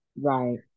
Right